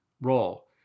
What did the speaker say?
role